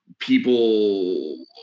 people